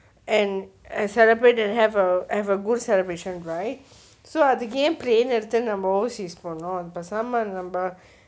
and celebrate and have a have a good celebration right so அதுக்கு ஏன்:athukku een plane எடுத்து:eduthu overseas போனோம் பேசாம நம்ம:poonom pesaama namma